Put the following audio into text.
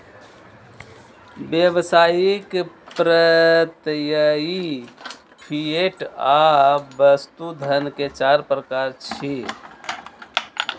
व्यावसायिक, प्रत्ययी, फिएट आ वस्तु धन के चार प्रकार छियै